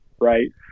right